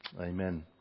Amen